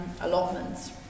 allotments